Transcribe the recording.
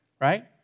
Right